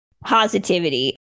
positivity